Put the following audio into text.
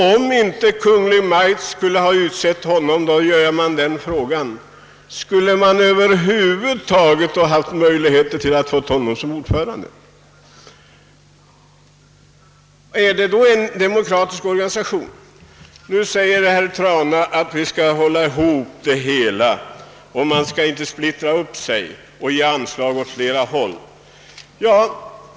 Om inte Kungl. Maj:t hade utsett honom, skulle man då haft möjlighet att få honom som ordförande? Herr Trana säger att vi inte bör splittra medlen genom att ge anslag åt flera håll.